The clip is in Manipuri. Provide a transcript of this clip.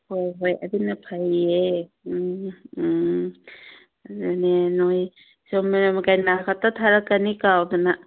ꯍꯣꯏ ꯍꯣꯏ ꯑꯗꯨꯅ ꯐꯩꯌꯦ ꯎꯝ ꯎꯝ ꯑꯗꯨꯅꯦ ꯅꯣꯏ ꯆꯨꯝꯅ ꯀꯩꯅꯥ ꯈꯛꯇ ꯊꯥꯔꯛꯀꯅꯤ ꯀꯥꯎꯗꯅ